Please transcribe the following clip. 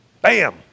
Bam